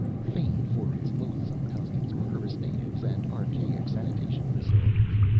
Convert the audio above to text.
famed for its loathsome customs, murderous natives and archaic sanitation facilities,